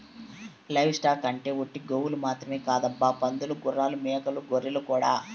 live stock అంటే ఒట్టి గోవులు మాత్రమే కాదబ్బా పందులు గుర్రాలు మేకలు గొర్రెలు కూడా